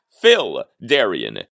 Phil-Darian